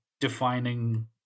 defining